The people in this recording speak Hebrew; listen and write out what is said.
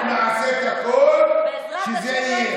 אנחנו נעשה את הכול כדי שזה יהיה.